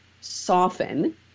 soften